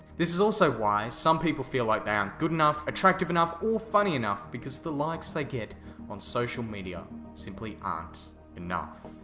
this is also why some people feel like they aren't good enough, attractive enough or funny enough, because the likes they get on social media simply aren't enough.